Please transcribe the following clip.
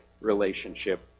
relationship